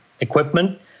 equipment